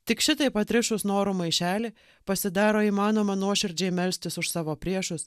tik šitaip atrišus norų maišelį pasidaro įmanoma nuoširdžiai melstis už savo priešus